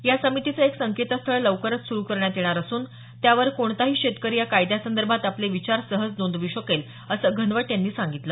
या समितीचं एक संकेतस्थळ लवकरच सुरू करण्यात येणार असून त्यावर कोणताही शेतकरी या कायद्यांसंदर्भात आपले विचार सहज नोंदवू शकेल असं घनवट यांनी सांगितलं